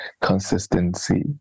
consistency